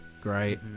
great